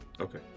Okay